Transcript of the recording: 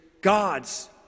God's